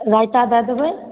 रायता दऽ देबै